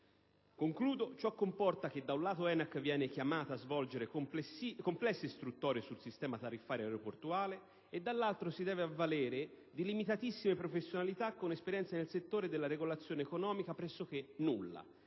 economico). Ciò comporta che, da un lato, l'ENAC viene chiamato a svolgere complesse istruttorie sul sistema tariffario aeroportuale e, dall'altro, si deve avvalere di limitatissime professionalità con esperienza nel settore della regolazione economica pressoché nulla.